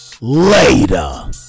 Later